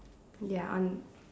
ya on